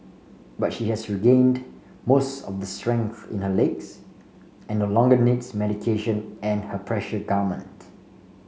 but she has regained most of the strength in her legs and no longer needs medication and her pressure garment